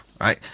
right